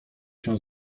się